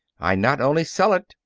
i not only sell it,